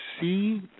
see